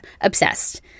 obsessed